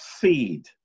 feed